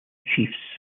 chiefs